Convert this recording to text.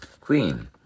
Queen